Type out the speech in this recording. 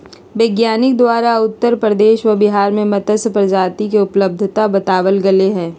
वैज्ञानिक द्वारा उत्तर प्रदेश व बिहार में मत्स्य प्रजाति के उपलब्धता बताबल गले हें